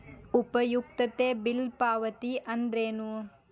ಉಪಯುಕ್ತತೆ ಬಿಲ್ ಪಾವತಿ ಅಂದ್ರೇನು?